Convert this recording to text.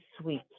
sweet